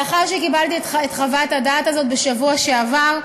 לאחר שקיבלתי את חוות הדעת הזאת, בשבוע שעבר,